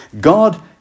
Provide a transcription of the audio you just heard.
God